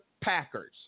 Packers